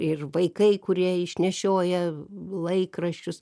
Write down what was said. ir vaikai kurie išnešioja laikraščius